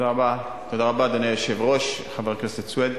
תודה רבה, אדוני היושב-ראש, חבר הכנסת סוייד,